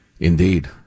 Indeed